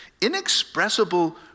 inexpressible